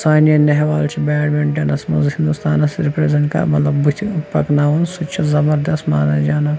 سانِیا نیہوال چھِ بیڈمِنٛٹَنَس منٛز ہِنٛدوستانَس رِپرٛیزینٛٹ کران بٕتھِ پَکناوُن سُہ چھُ زَبردست مانا جانا